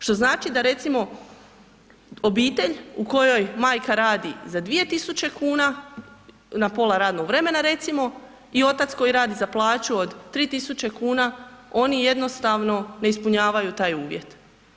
Što znači da recimo obitelj u kojoj majka radi za 2000 kn na pola radnog vremena recimo i otac koji radi za plaću od 3000 kn, oni jednostavno ne ispunjavaju taj uvjet.